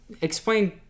Explain